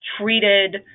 treated